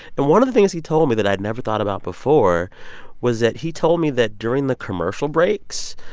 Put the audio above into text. and one of the things he told me that i'd never thought about before was that he told me that during the commercial breaks,